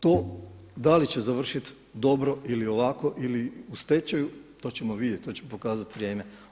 To da li će završiti dobro ili ovako ili u stečaju to ćemo vidjeti, to će pokazati vrijeme.